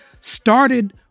started